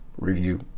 review